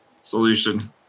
solution